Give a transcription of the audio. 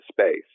space